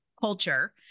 culture